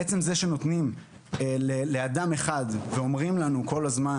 עצם זה שנותנים לאדם אחד ואומרים לנו כול הזמן